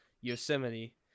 yosemite